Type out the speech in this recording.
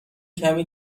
کمی